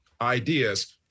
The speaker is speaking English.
ideas